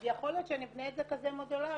אז יכול להיות שנבנה את זה כזה מודולרי,